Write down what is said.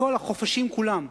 מכל החופשים כולם.